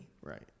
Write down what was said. right